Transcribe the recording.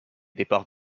départs